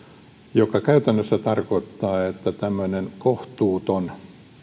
mikä käytännössä tarkoittaa että tämmöinen kohtuuton